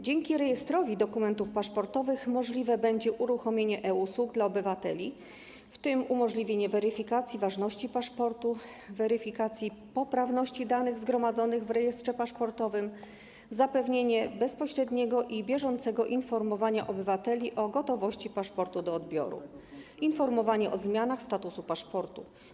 Dzięki rejestrowi dokumentów paszportowych możliwe będzie uruchomienie e-usług dla obywateli, w tym umożliwienie weryfikacji ważności paszportu, weryfikacji poprawności danych zgromadzonych w rejestrze paszportowym, zapewnienie bezpośredniego i bieżącego informowania obywateli o gotowości paszportu do odbioru, informowanie o zmianach statusu paszportu.